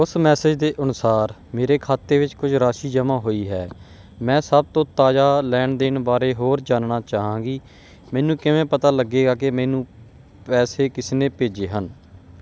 ਉਸ ਮੈਸੇਜ ਦੇ ਅਨੁਸਾਰ ਮੇਰੇ ਖਾਤੇ ਵਿੱਚ ਕੁਝ ਰਾਸ਼ੀ ਜਮ੍ਹਾਂ ਹੋਈ ਹੈ ਮੈਂ ਸਭ ਤੋਂ ਤਾਜ਼ਾ ਲੈਣ ਦੇਣ ਬਾਰੇ ਹੋਰ ਜਾਣਨਾ ਚਾਹਾਂਗੀ ਮੈਨੂੰ ਕਿਵੇਂ ਪਤਾ ਲੱਗੇਗਾ ਕਿ ਮੈਨੂੰ ਪੈਸੇ ਕਿਸਨੇ ਭੇਜੇ ਹਨ